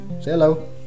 hello